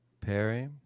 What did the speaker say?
Perry